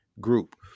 group